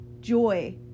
joy